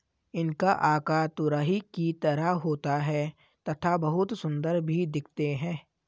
इनका आकार तुरही की तरह होता है तथा बहुत सुंदर भी दिखते है